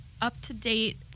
up-to-date